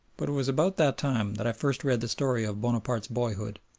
but it was about that time that i first read the story of bonaparte's boyhood,